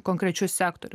konkrečius sektorius